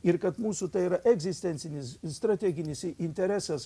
ir kad mūsų tai yra egzistencinis ir strateginis interesas